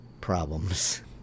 problems